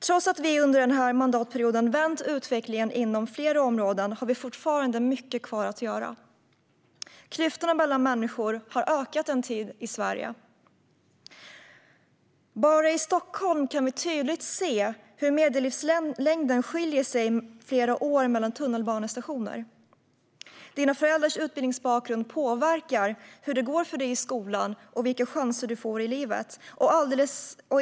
Trots att vi under den här mandatperioden vänt utvecklingen inom flera områden har vi fortfarande mycket kvar att göra. Klyftorna mellan människor i Sverige har ökat under en tid. Bara i Stockholm kan vi tydligt se att det skiljer flera år i medellivslängd mellan boende vid olika tunnelbanestationer. Dina föräldrars utbildningsbakgrund påverkar hur det går för dig i skolan och vilka chanser du får i livet.